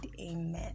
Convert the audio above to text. amen